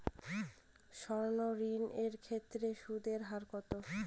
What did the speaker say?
সর্ণ ঋণ এর ক্ষেত্রে সুদ এর হার কত?